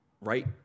right